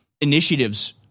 initiatives